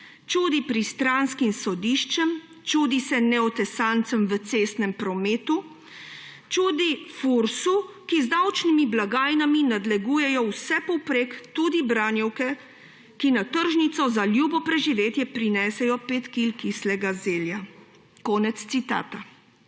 čudi pristranskim sodiščem, čudi se neotesancem v cestnem prometu, čudi Fursu, ki z davčnimi blagajnami nadlegujejo vse povprek, tudi branjevke, ki na tržnico za ljubo preživetje prinesejo pet kil kislega zelja. Sama